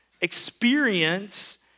experience